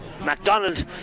MacDonald